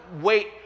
wait